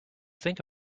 think